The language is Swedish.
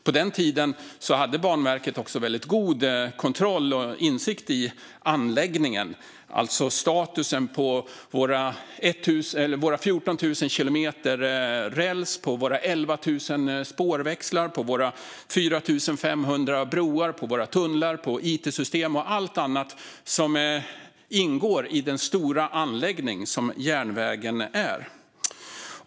På den tiden hade Banverket också väldigt god kontroll över och insikt i anläggningen, alltså statusen på våra 14 000 kilometer räls, våra 11 000 spårväxlar, våra 4 500 broar, våra tunnlar, våra it-system och allt annat som ingår i den stora anläggning som järnvägen är.